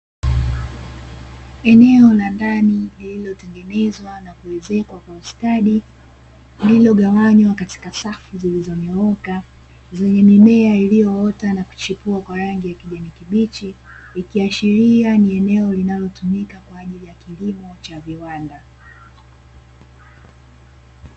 Eneo la ndani lililotengenezwa na kuwezekwa kwa ustadi lililogawanywa katika safu zilizonyooka zenye mimea, iliyoota na kuchipua kwa rangi ya kijani kibichi ikiashiria ni eneo linalotumika kwa ajili ya kilimo cha viwanda.